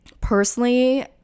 personally